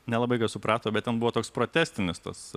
nelabai kas suprato bet ten buvo toks protestinis tas